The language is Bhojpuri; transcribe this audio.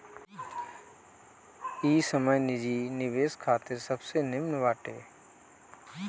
इ समय निजी निवेश खातिर सबसे निमन बाटे